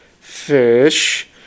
Fish